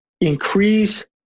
increase